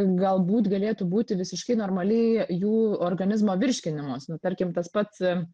galbūt galėtų būti visiškai normaliai jų organizmo virškinimos nu tarkim tas pats